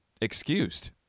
excused